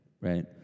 right